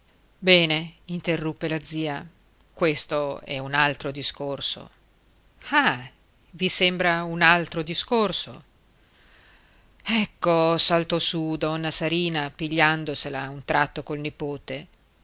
bene interruppe la zia questo è un altro discorso ah vi sembra un altro discorso ecco saltò su donna sarina pigliandosela a un tratto col nipote